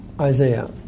Isaiah